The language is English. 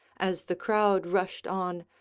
as the crowd rushed on,